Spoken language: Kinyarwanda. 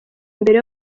mbere